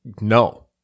no